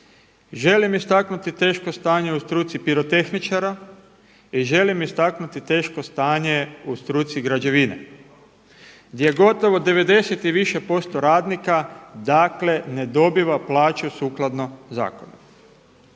želim istaknuti teško stanje u struci pirotehničara i želim istaknuti teško stanje u struci građevine, gdje gotovo 90 i više posto radnika ne dobiva plaću sukladno zakonu.